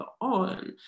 on